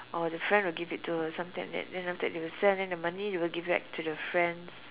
or the friend will give it to her something like that then after that they'll sell then the money they will give back to the friends